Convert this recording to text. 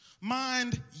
Mind